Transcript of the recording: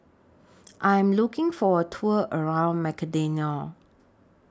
I Am looking For A Tour around Macedonia